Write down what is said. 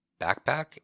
backpack